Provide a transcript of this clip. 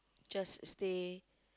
just stay